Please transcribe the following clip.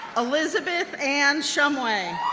elizabeth ann shumway,